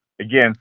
again